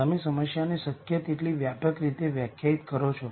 તમે સમસ્યાને શક્ય તેટલી વ્યાપક રીતે વ્યાખ્યાયિત કરો છો